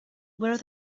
where